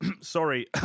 Sorry